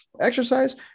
exercise